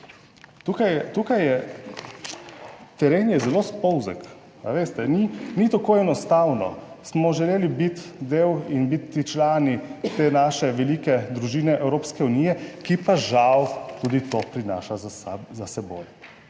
tukaj je, teren je zelo spolzek. A veste, ni tako enostavno. Smo želeli biti del in biti člani te naše velike družine Evropske unije, ki pa žal tudi to prinaša za seboj.